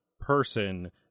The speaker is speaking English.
person